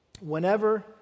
whenever